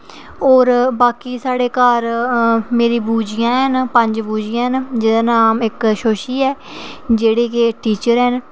होर बाकी साढ़े घर मेरी बूजी आं हैन जेह्दा नाम इक्क शोशी ऐ जेह्ड़ी की टीचर हैन